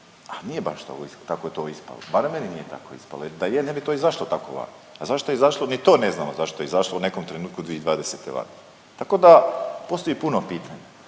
A nije baš da ovo tako to ispalo, barem meni nije tako ispalo jer da je, ne bi to izašlo tako van. A zašto je izašlo? Ni to ne znamo zašto je izašlo u nekom trenutku 2020. van. Tako da, postoji puno pitanja.